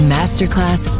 Masterclass